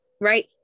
Right